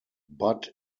but